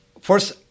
First